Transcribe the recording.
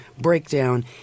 breakdown